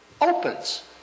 opens